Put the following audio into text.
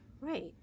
Right